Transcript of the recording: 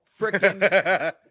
freaking